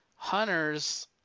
hunters